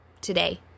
today